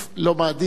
לא מעדיף,